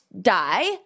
die